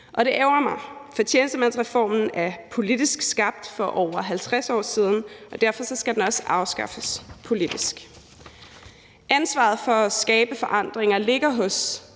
og det ærgrer mig, for tjenestemandsreformen er politisk skabt for over 50 år siden, og derfor skal den også afskaffes politisk. Ansvaret for at skabe forandringer ligger hos